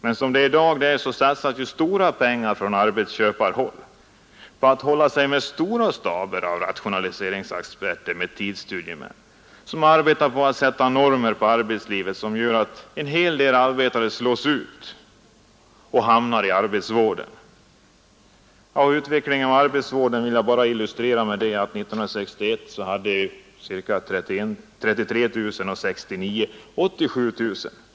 Men i dag satsar arbetsköparna mycket pengar på att hålla sig med stora staber av rationaliseringsexperter och tidstudiemän som arbetar med att sätta upp normer för arbetslivet, vilka gör att en hel del arbetare slås ut och hamnar i arbetsvården. Och när det gäller utvecklingen av arbetsvården vill jag nämna att denna 1961 omfattade ca 33 000 personer och 1969 ca 87 000 personer.